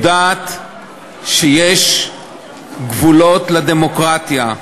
יודעת שיש גבולות לדמוקרטיה,